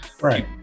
right